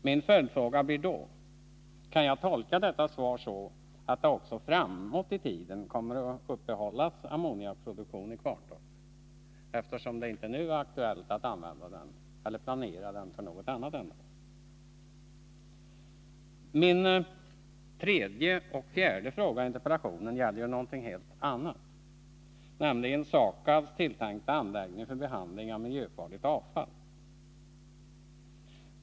Min följdfråga blir då: Kan jag tolka detta svar så att det också framåt i tiden kommer att uppehållas ammoniakproduktion i Kvarntorp? Min tredje och fjärde fråga i interpellationen gäller något helt annat, nämligen SAKAB:s tilltänkta anläggning för behandling av miljöfarligt avfall.